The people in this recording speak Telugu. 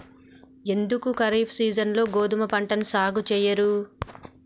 ఎందుకు ఖరీఫ్ సీజన్లో గోధుమ పంటను సాగు చెయ్యరు?